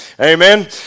Amen